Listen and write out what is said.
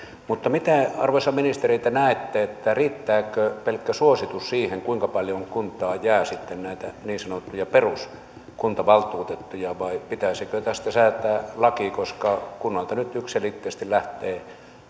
niin miten arvoisa ministeri te näette riittääkö pelkkä suositus siihen kuinka paljon kuntaan jää sitten näitä niin sanottuja peruskunnanvaltuutettuja vai pitäisikö tästä säätää laki koska kunnalta nyt yksiselitteisesti lähtee